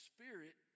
Spirit